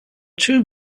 two